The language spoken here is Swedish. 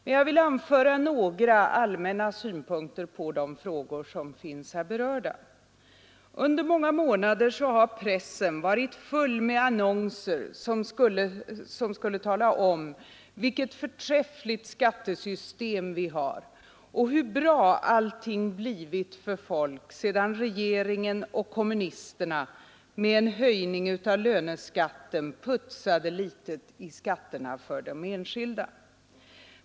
Men jag vill anföra några allmänna synpunkter på de frågor som finns berörda. Under många månader har pressen varit full med annonser som talat om vilket förträffligt skattesystem vi har och hur bra allt har blivit för människorna sedan regeringen och kommunisterna med en höjning av löneskatten putsat litet i skatterna för de enskilda.